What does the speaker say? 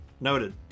Noted